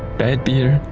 bad beer,